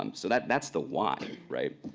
um so that's that's the why, right?